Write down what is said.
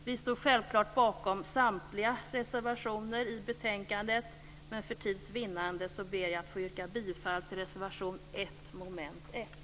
Vi står självklart bakom samtliga reservationer i betänkandet, men för tids vinnande ber jag att få yrka bifall till reservation 1 under mom. 1.